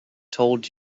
told